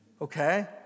okay